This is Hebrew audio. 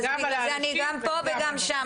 בגלל זה אני גם פה וגם שם,